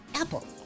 Apple